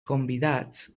convidats